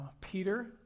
Peter